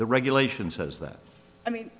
the regulation says that i mean